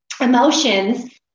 emotions